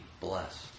blessed